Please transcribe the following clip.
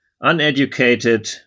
uneducated